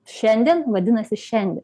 šiandien vadinasi šiandien